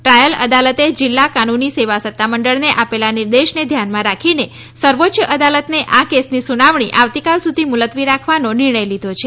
trial અદાલતે જિલ્લા કાનૂની સેવા સત્તામંડળને આપેલા નિર્દશને ધ્યાનમાં રાખીને સર્વોચ્ચ અદાલતને આ કેસની સુનવણી આવતીકાલ સુધી મુલતવી રાખવાનો નિર્ણય લીધો છે